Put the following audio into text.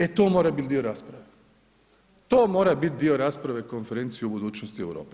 E to mora biti dio rasprave, to mora biti dio rasprave konferencije o budućnosti Europe.